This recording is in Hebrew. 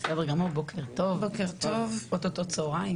בסדר גמור, בוקר טוב, עוד מעט צוהריים.